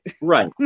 Right